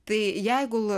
tai jeigu